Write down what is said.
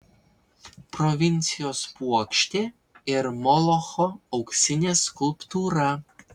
provincijos puokštė ir molocho auksinė skulptūra